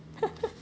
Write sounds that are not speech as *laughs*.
*laughs*